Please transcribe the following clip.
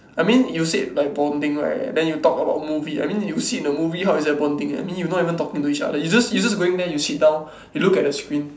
I mean you said like bonding right then you talk about movie I mean you sit in the movie how is that bonding I mean you not even talking to each other you just you just going there you sit down you just look at the screen